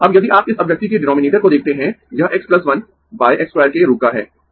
अब यदि आप इस अभिव्यक्ति के डीनोमिनेटर को देखते है यह x 1 x 2 के रूप का है